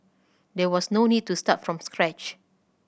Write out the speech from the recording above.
there was no need to start from scratch